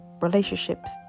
relationships